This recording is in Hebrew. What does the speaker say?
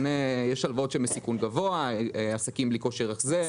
יש הלוואות שהן בסיכון גבוה או עסקים בלי כושר החזר.